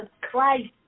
Christ